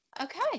okay